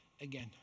again